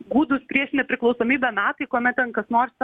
gūdūs prieš nepriklausomybę metai kuomet ten kas nors